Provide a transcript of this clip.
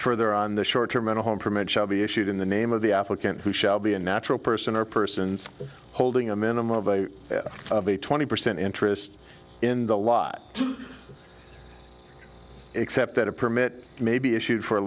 further on the short term in a home permit shall be issued in the name of the applicant who shall be a natural person or persons holding a minimum of a twenty percent interest in the lot except that a permit may be issued for a